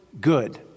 good